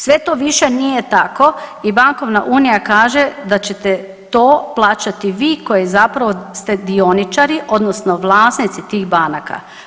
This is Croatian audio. Sve to više nije tako i bankovna unija kaže da ćete to plaćati vi koji zapravo ste dioničari odnosno vlasnici tih banaka.